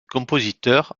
compositeur